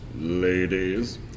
Ladies